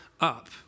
up